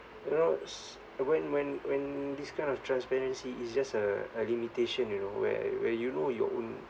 you know s~ when when when this kind of transparency is just a a limitation you know where where you know your own